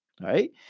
right